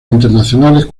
internacionales